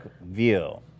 view